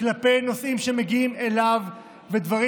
בנושאים שמגיעים אליו ודברים